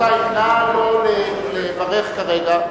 נא לא לברך כרגע.